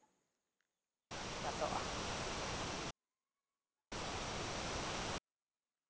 ᱪᱟᱥᱚᱜᱼᱟ